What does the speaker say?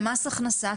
למס הכנסה,